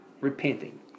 repenting